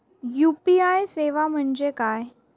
UPI सेवा म्हणजे काय?